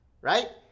right